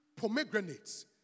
pomegranates